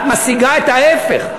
את משיגה את ההפך.